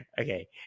Okay